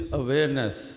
awareness